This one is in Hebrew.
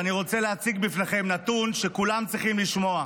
ואני רוצה להציג בפניכם נתון שכולם צריכים לשמוע,